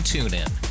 TuneIn